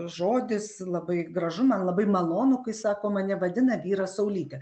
žodis labai gražu man labai malonu kai sako mane vadina vyras saulyte